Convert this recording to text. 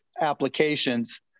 applications